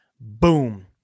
boom